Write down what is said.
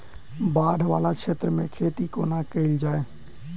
बाढ़ वला क्षेत्र मे खेती कोना कैल जाय?